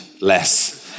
less